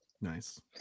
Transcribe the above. Nice